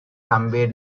somewhere